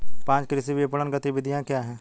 पाँच कृषि विपणन गतिविधियाँ क्या हैं?